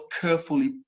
carefully